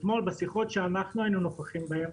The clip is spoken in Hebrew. אתמול בשיחות שאנחנו היינו נוכחים בהם,